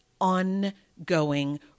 ongoing